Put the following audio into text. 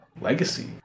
legacy